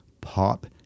pop